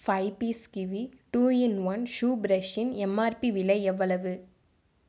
five piece Kiwi two in one shoe பிரஷ்ஷின் MRP விலை எவ்வளவு